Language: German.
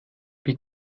wie